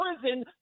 prison